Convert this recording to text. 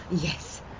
Yes